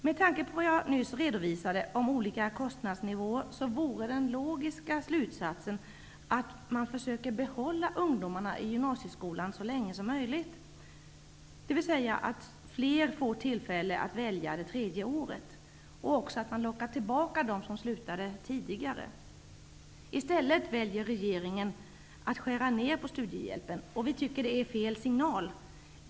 Med tanke på vad jag nyss redovisade när det gäller olika kostnadsnivåer vore den logiska slutsatsen att man försöker behålla ungdomarna i gymnasieskolan så länge som möjligt, dvs. att fler får tillfälle att välja det tredje året, samt att man lockar tillbaka dem som slutat tidigare. I stället väljer regeringen att skära ned på studiehjälpen. Vi tycker att det är fel signal.